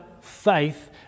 faith